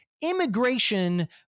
immigration